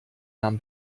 nahm